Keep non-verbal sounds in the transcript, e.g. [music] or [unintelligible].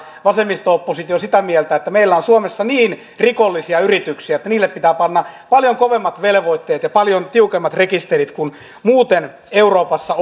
vasemmisto oppositio sitä mieltä että meillä on suomessa niin rikollisia yrityksiä että niille pitää panna paljon kovemmat velvoitteet ja paljon tiukemmat rekisterit kuin muuten euroopassa [unintelligible]